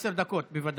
תודה רבה.